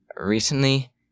recently